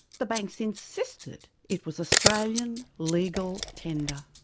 the banks insisted it was australian legal tender.